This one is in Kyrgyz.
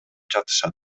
жатышат